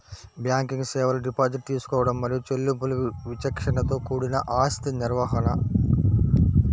banking సేవలు deposit తీసుకోవడం మరియు చెల్లింపులు విచక్షణతో కూడిన ఆస్తి నిర్వహణ,